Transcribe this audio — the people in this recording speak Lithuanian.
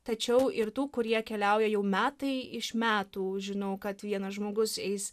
tačiau ir tų kurie keliauja jau metai iš metų žinau kad vienas žmogus eis